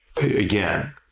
again